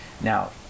now